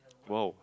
!wow!